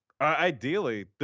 ideally